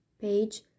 page